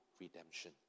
redemption